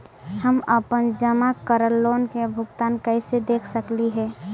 हम अपन जमा करल लोन के भुगतान कैसे देख सकली हे?